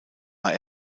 war